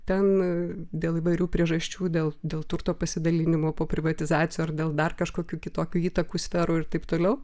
ten dėl įvairių priežasčių dėl dėl turto pasidalinimo po privatizacijų ar dėl dar kažkokių kitokių įtakų sferų ir taip toliau